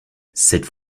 cette